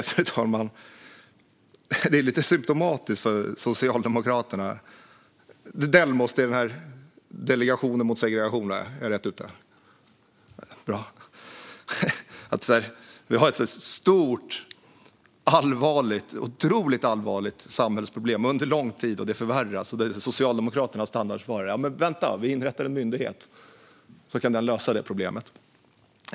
Fru talman! Detta är lite symtomatiskt för Socialdemokraterna. Delmos är väl Delegationen mot segregation - är jag rätt ute? Vi har ett stort och otroligt allvarligt samhällsproblem som vi har haft under lång tid och som förvärras. Socialdemokraternas standardsvar är: "Vi inrättar en myndighet, så kan den lösa problemet."